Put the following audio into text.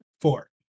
Four